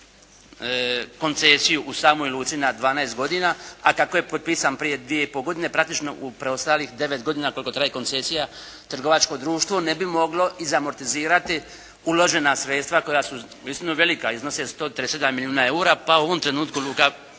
koncesiju u samoj luci na 12 godina a kako je potpisan prije dvije i po godine praktično u preostalih 9 godina koliko traje koncesija trgovačko društvo ne bi moglo izamortizirati uložena sredstva koja su uistinu velika, iznose 137 milijuna EUR-a pa u ovom trenutku Luka